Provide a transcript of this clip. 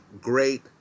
great